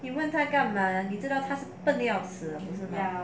你问他干嘛呀你知道他笨的要死不是